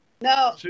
No